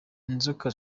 inzoka